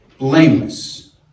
blameless